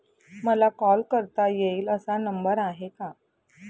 मला कॉल करता येईल असा नंबर आहे का?